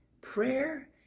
Prayer